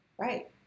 Right